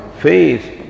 faith